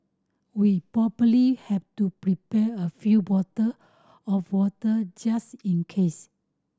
we probably have to prepare a few bottle of water just in case